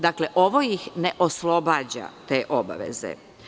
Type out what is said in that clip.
Dakle, ovo ih ne oslobađa te obaveze.